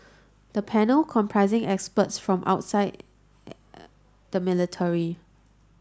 the panel comprising experts from outside the military